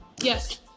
Yes